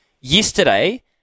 yesterday